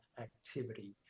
activity